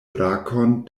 brakon